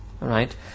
right